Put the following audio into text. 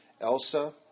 Elsa